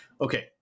Okay